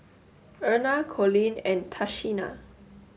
Erna Colleen and Tashina